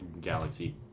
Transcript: Galaxy